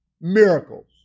miracles